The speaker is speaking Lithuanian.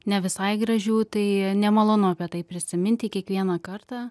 ne visai gražių tai nemalonu apie tai prisiminti kiekvieną kartą